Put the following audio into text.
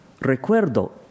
Recuerdo